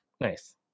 nice